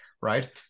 right